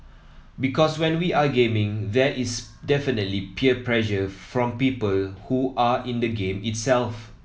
because when we are gaming there is definitely peer pressure from people who are in the game itself